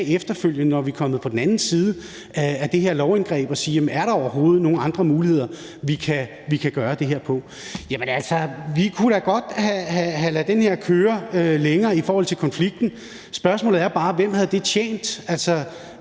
efterfølgende, når vi er kommet på den anden side af det her lovindgreb. Altså, er der overhovedet nogen andre måder, vi kan gøre det her på? Vi kunne da godt have ladet den her konflikt køre længere. Spørgsmålet er bare: Hvem havde det tjent? Altså,